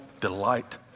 delight